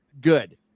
good